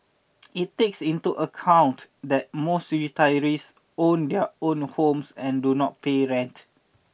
it takes into account that most retirees own their own homes and do not pay rent